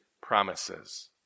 promises